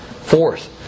Fourth